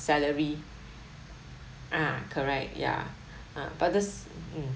salary ah correct yeah uh but this mm